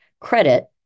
Credit